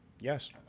Yes